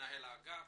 מנהל אגף.